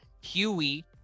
huey